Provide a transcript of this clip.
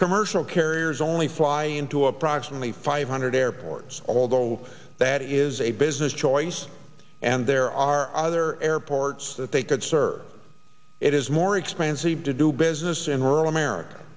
commercial carriers only fly into approximately five hundred airports although that is a business choice and there are other airports that they could serve it is more expensive to do business in rural america